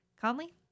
Conley